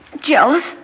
Jealous